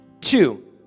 Two